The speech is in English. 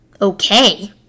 okay